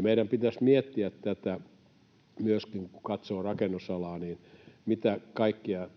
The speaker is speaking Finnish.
meidän pitäisi miettiä myöskin tätä, kun katsoo rakennusalaa, että